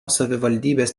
savivaldybės